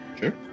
Sure